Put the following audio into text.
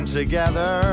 together